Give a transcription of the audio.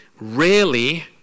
rarely